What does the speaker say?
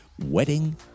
Wedding